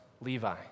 Levi